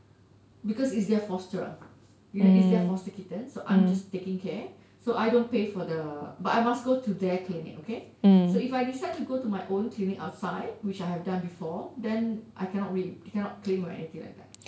because it's their fosterer it's their foster kitten I'm just taking care so I don't pay for the uh but I must go to their clinic okay so if I decide to go to my own clinic outside which I have done before then I cannot waive cannot claim or anything like that